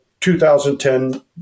2010